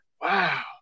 wow